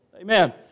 Amen